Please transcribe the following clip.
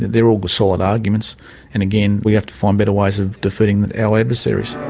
they're all solid arguments and again we have to find better ways of defeating our adversaries.